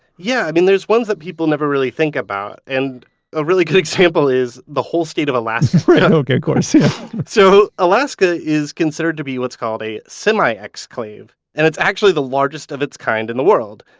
yeah, i mean there's ones that people never really think about. and a really good example is the whole state of alaska okay, of course so alaska is considered to be what's called a semi-exclave and it's actually the largest of its kind in the world.